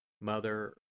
Mother